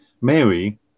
Mary